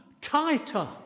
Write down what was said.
tighter